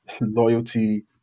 loyalty